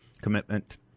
Commitment